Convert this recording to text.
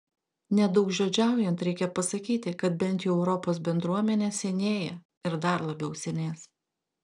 nedaugžodžiaujant reikia pasakyti kad bent jau europos bendruomenė senėja ir dar labiau senės